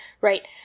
right